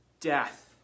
death